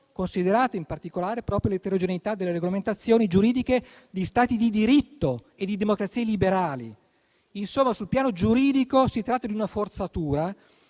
considerata in particolare proprio l'eterogeneità delle regolamentazioni giuridiche di Stati di diritto e di democrazie liberali. Insomma, sul piano giuridico si tratta di una forzatura